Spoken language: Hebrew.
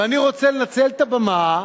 ואני רוצה לנצל את הבמה,